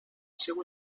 seu